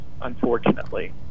unfortunately